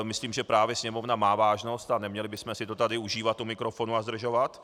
Myslím, že právě Sněmovna má vážnost a neměli bychom si to tady užívat u mikrofonu a zdržovat.